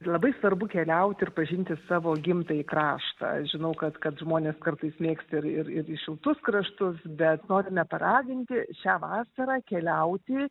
labai svarbu keliauti ir pažinti savo gimtąjį kraštą aš žinau kad kad žmonės kartais mėgsta ir ir ir į šiltus kraštus bet norime paraginti šią vasarą keliauti